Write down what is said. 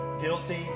guilty